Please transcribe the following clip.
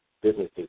businesses